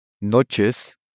Noches